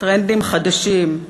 טרנדים חדשים,